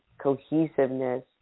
cohesiveness